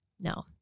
No